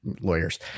lawyers